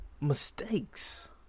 mistakes